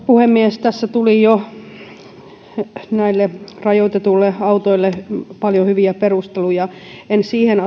puhemies tässä tuli jo näille rajoitetuille autoille paljon hyviä perusteluja en siihen